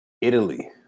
Italy